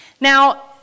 Now